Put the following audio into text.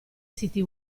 siti